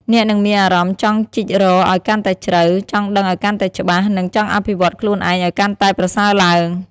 អ្នកនឹងមានអារម្មណ៍ចង់ជីករកឱ្យកាន់តែជ្រៅ ចង់ដឹងឱ្យកាន់តែច្បាស់ និងចង់អភិវឌ្ឍខ្លួនឯងឱ្យកាន់តែប្រសើរឡើង។